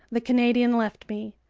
the canadian left me.